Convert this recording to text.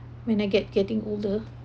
when I get getting older